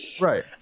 right